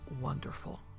wonderful